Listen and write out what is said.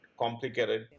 Complicated